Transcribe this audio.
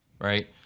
right